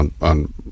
on